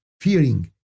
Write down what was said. fearing